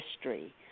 history